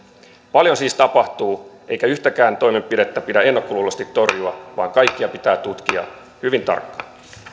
paljon siis tapahtuu eikä yhtäkään toimenpidettä pidä ennakkoluuloisesti torjua vaan kaikkia pitää tutkia hyvin tarkkaan